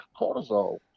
cortisol